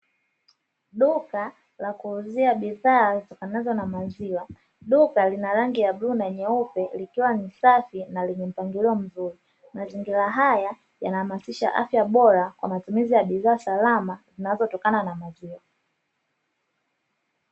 Duka la kuuzia bidhaa zitokanazo na maziwa. Duka lina rangi ya bluu na nyeupe, likiwa ni safi na lenye mpangilio mzuri mazingira haya yanahamasisha afya bora na matumizi ya bidhaa salama zinazotokana na maziwa.